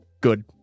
good